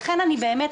לכן אני חושבת,